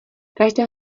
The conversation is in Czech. každá